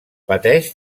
pateix